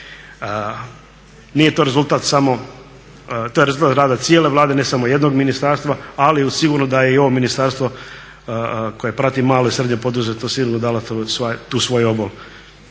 je rezultat rada cijele Vlade, ne samo jednog ministarstva ali sigurno da je i ovo ministarstvo koje prati malo i srednje poduzetništvo silno dalo tu svoj obol.